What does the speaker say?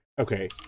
okay